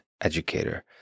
educator